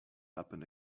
happen